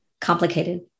complicated